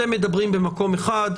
אתם מדברים במקום אחד,